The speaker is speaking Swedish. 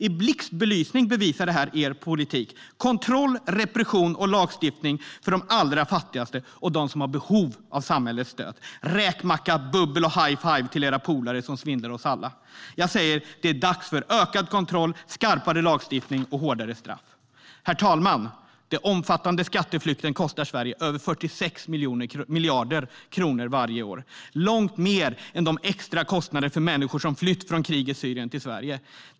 I blixtbelysning visar det er politik: kontroll, repression och lagstiftning för de allra fattigaste och dem som har behov av samhällets stöd - räkmacka, bubbel och high-five till era polare som svindlar oss alla. Det är dags för ökad kontroll, skarpare lagstiftning och hårdare straff. Herr talman! Den omfattande skatteflykten kostar Sverige över 46 miljarder kronor varje år. Det är långt mer än de extra kostnaderna för människor som flytt från krigets Syrien till Sverige.